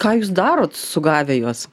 ką jūs darot sugavę juos